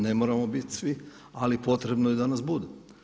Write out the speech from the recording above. Ne moramo bit svi, ali potrebno je da nas bude.